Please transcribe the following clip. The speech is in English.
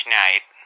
night